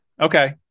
okay